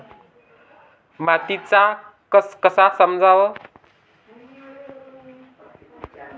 मातीचा कस कसा समजाव?